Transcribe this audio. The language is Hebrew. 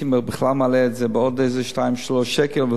הייתי בכלל מעלה את זה בעוד איזה 3-2 שקלים.